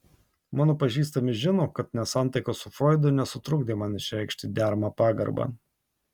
mano pažįstami žino kad nesantaika su froidu nesutrukdė man išreikšti deramą pagarbą